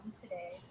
today